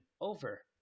over